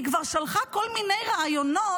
היא כבר שלחה כל מיני ראיונות,